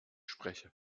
spreche